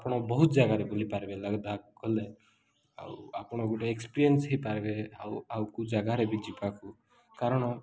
ଆପଣ ବହୁତ ଜାଗାରେ ବୁଲିପାରିବେ କଲେ ଆଉ ଆପଣ ଗୋଟେ ଏକ୍ସପେଏନ୍ସ ହେଇପାରିବେ ଆଉ ଆଉ କେଉଁ ଜାଗାରେ ବି ଯିବାକୁ କାରଣ